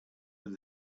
with